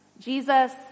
Jesus